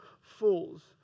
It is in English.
fools